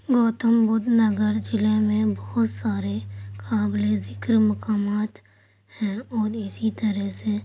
گوتم بدھ نگر ضلع میں بہت سارے قابل ذکر مقامات ہیں اور اسی طرح سے